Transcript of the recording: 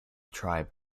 tribe